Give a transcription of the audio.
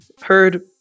Heard